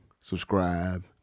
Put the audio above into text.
subscribe